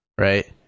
right